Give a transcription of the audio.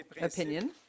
opinion